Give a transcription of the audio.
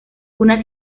una